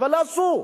אבל עשו,